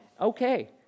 Okay